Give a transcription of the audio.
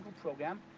program